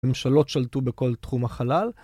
ממשלות שלטו בכל תחום החלל.